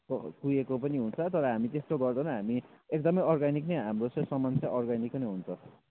कुइएको पनि हुन्छ तर हामी त्यसतो गर्दैनौ हामी एकदम नै अर्ग्यानिकनै हाम्रो सामान चैँ अर्ग्यानिकनै हुन्छ